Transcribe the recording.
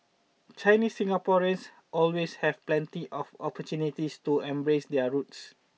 Chinese Singaporeans always have plenty of opportunities to embrace their roots